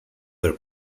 their